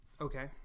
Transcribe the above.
Okay